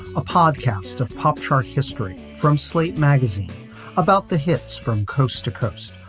a podcast of pop chart history from slate magazine about the hits from coast to coast.